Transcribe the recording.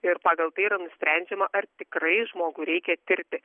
ir pagal tai yra nusprendžiama ar tikrai žmogų reikia tirti